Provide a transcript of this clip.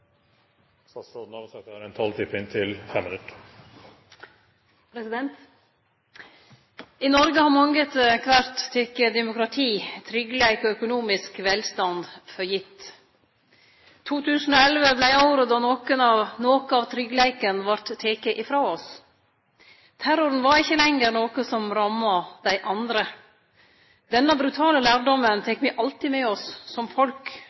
I Noreg har mange etter kvart teke demokrati, tryggleik og økonomisk velstand for gitt. 2011 vart året då noko av tryggleiken vart teke frå oss. Terroren var ikkje lenger noko som ramma dei andre. Denne brutale lærdomen tek me alltid med oss som folk.